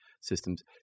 systems